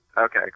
Okay